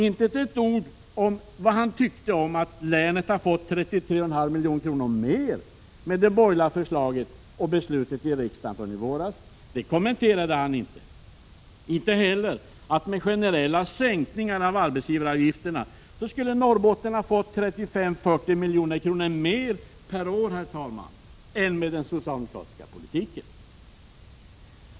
Inte ett ord om vad han tyckte om att länet har fått 33,5 milj.kr. mer med det borgerliga förslaget och beslutet i riksdagen i våras. Det kommenterade han inte. Inte heller sade han att Norrbotten med generella sänkningar av arbetsgivaravgiften skulle ha fått 35-40 milj.kr. mer per år än med den socialdemokratiska politiken.